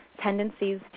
tendencies